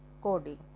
coding